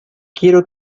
quiero